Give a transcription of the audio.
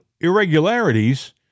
irregularities